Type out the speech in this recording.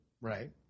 right